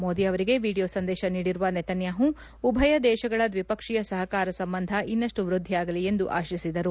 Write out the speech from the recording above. ಮೋದಿ ಅವರಿಗೆ ವೀಡಿಯೋ ಸಂದೇಶ ನೀಡಿರುವ ನೆತನ್ವಾಹು ಉಭಯ ದೇಶಗಳ ದ್ವಿಪಕ್ಷೀಯ ಸಹಕಾರ ಸಂಬಂಧ ಇನ್ನಷ್ಟು ವ್ಯದ್ಗಿಯಾಗಲಿ ಎಂದು ಆಶಿಸಿದರು